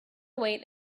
wait